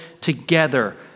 together